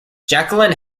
jacqueline